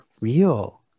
real